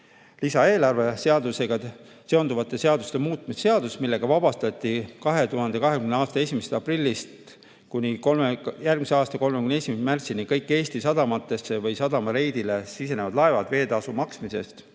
lisaeelarve seadusega seonduvate seaduste muutmise seadus, millega vabastati 2020. aasta 1. aprillist kuni järgmise aasta 31. märtsini kõik Eesti sadamatesse või reidile sisenevad laevad veeteetasu maksmisest